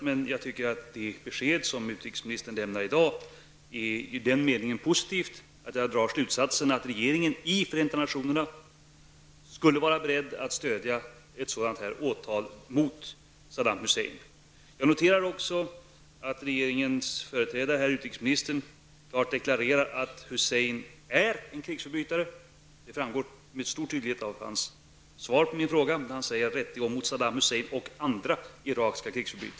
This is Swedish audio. Men jag tycker att det besked som utrikesministern i dag har lämnat är positivt, i den meningen att slutsatsen kan dras att regeringen skulle vara beredd att i Förenta nationernas stödja ett sådant här åtal mot Saddam Hussein. Vidare noterar jag att regeringens företrädare, herr utrikesministern, klart deklarerar att Saddam Hussein är en krigsförbrytare. Det framgår med stor tydlighet av utrikesministerns svar på min fråga. Utrikesministern talar ju i svaret om ''Saddam Hussein och andra irakiska krigsförbrytare''.